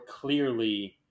clearly